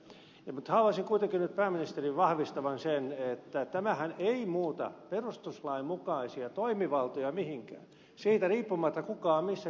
mutta haluaisin nyt kuitenkin pääministerin vahvistavan sen että tämähän ei muuta perustuslain mukaisia toimivaltoja mihinkään siitä riippumatta kuka on missäkin läsnä